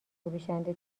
فروشنده